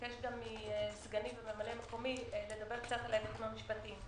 מסגני וממלא מקומי לדבר על ההיבטים המשפטיים.